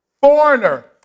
Foreigner